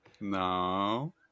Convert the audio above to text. no